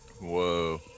Whoa